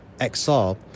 XR